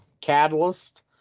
catalyst